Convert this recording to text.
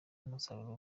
umusaruro